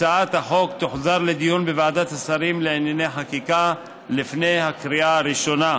הצעת החוק תוחזר לדיון בוועדת השרים לענייני חקיקה לפני הקריאה הראשונה.